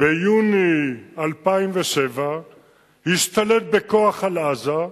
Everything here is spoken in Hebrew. ביוני 2007 השתלט בכוח על עזה,